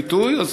ביטוי.